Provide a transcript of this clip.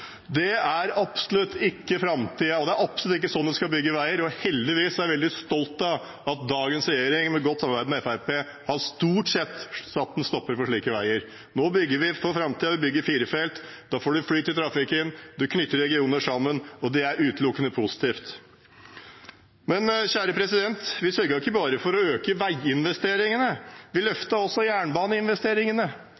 Det er absolutt ikke framtiden, og det er absolutt ikke sånn en skal bygge veier. Heldigvis er jeg veldig stolt av at dagens regjering, i godt samarbeid med Fremskrittspartiet, stort sett har satt en stopper for slike veier. Nå bygger vi for framtiden, vi bygger fire felt. Da får man flyt i trafikken, man knytter regioner sammen, og det er utelukkende positivt. Vi sørget ikke bare for å øke veiinvesteringene, vi